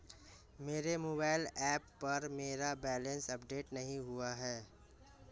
मेरे mobile app पर मेरा बैलेंस अपडेट नहीं हुआ है